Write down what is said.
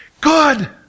Good